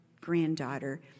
granddaughter